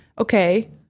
Okay